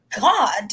God